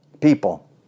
people